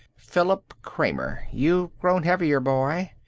philip kramer. you've grown heavier, boy.